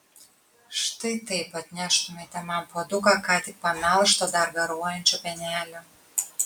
štai taip atneštumėte man puoduką ką tik pamelžto dar garuojančio pienelio